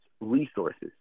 resources